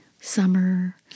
summer